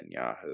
Netanyahu